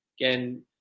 again